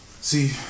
See